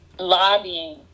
lobbying